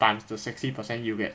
times the sixty percent you get